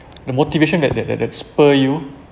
the motivation that that that that spur you